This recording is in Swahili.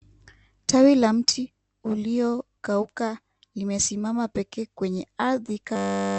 Tawi la mti uliokauka limesimama pekee kwenye ardhi kafu